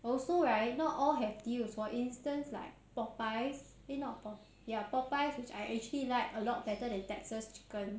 also right not all have deals for instance like Popeyes eh not ya Popeyes which I actually like a lot better than texas chicken